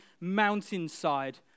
mountainside